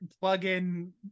plug-in